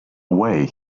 away